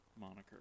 moniker